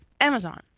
Amazon